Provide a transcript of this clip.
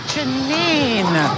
Janine